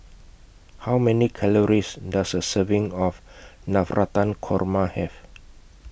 How Many Calories Does A Serving of Navratan Korma Have